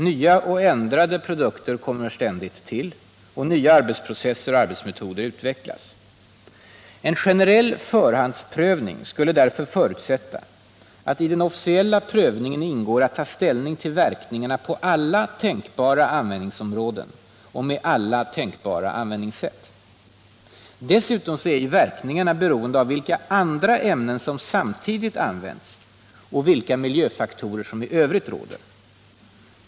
Nya och ändrade produkter kommer ständigt till, och nya arbetsprocesser och arbetsmetoder utvecklas. En generell förhandsprövning måste därför förutsätta att i den officiella prövningen ingår att ta ställning till verkningarna på alla tänkbara användningsområden och med alla tänkbara användningssätt. Dessutom är verkningarna beroende av vilka andra ämnen som samtidigt används och vilka miljöfaktorer som i övrigt finns.